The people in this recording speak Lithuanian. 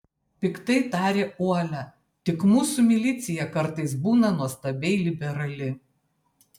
piktai tarė uolia tik mūsų milicija kartais būna nuostabiai liberali